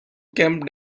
camp